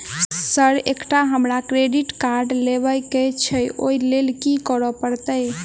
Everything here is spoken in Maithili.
सर एकटा हमरा क्रेडिट कार्ड लेबकै छैय ओई लैल की करऽ परतै?